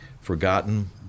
Forgotten